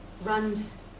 runs